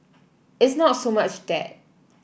it's not so much that